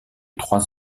trois